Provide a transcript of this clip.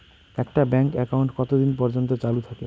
একটা bank account কতদিন পর্যন্ত চালু থাকে?